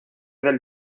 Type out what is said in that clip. del